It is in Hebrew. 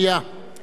(קוראת בשמות חברי הכנסת) נינו אבסדזה,